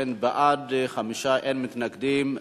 אכן, בעד, 5, אין מתנגדים.